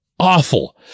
awful